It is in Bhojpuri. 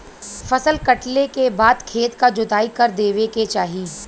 फसल कटले के बाद खेत क जोताई कर देवे के चाही